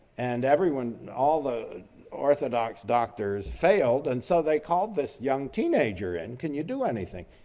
and everyone all the orthodox doctors failed and so they called this young teenager and can you do anything?